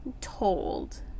told